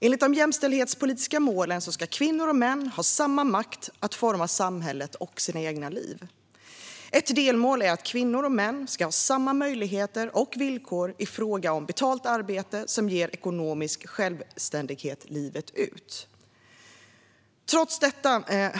Enligt de jämställdhetspolitiska målen ska kvinnor och män ha samma makt att forma samhället och sina egna liv. Ett delmål är att kvinnor och män ska ha samma möjligheter och villkor i fråga om betalt arbete som ger ekonomisk självständighet livet ut. Herr talman!